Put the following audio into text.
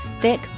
thick